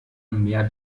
mehr